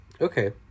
Okay